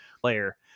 player